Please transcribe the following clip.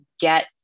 get